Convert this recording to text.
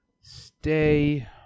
Stay